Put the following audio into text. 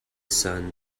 sun